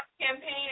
campaign